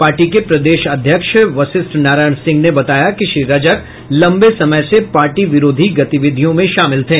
party के प्रदेश अध्यक्ष वशिष्ठ नारायण सिंह ने बताया कि श्री रजक लम्बे समय से पार्टी विरोधी गतिविधियों में शामिल थे